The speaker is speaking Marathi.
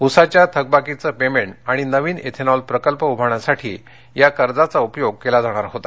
उसाघ्या थकबाकीचे पेमेंट आणि नवीन इथेनॉल प्रकल्प उभारणीसाठी या कर्जाचा उपयोग केला जाणार होता